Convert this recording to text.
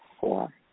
four